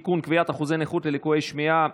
(תיקון, קביעת אחוזי נכות ללקויי שמיעה,